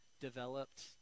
developed